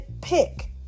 pick